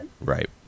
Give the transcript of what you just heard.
right